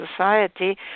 society